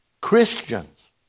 Christians